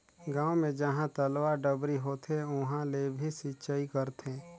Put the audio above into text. गांव मे जहां तलवा, डबरी होथे उहां ले भी सिचई करथे